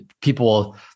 people